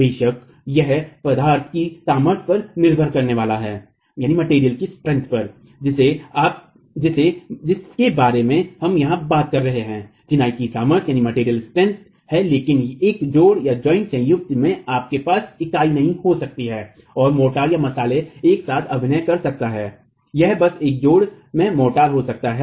बेशक यह पदार्थ की सामर्थ्य पर निर्भर करने वाला है जिसके बारे में हम यहां बात कर रहे हैं चिनाई की सामर्थ्य है लेकिन एक जोड़संयुक्त में आपके पास इकाई नहीं हो सकती है और मोर्टार एक साथ अभिनय कर सकता है यह बस एक जोड़संयुक्त में मोर्टार हो सकता है